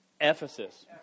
Ephesus